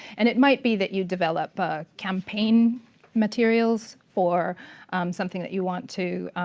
and it might be that you develop ah campaign materials for something that you want to